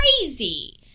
crazy